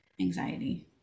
anxiety